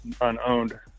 unowned